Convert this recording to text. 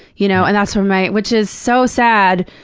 you know and that's where my which is so sad,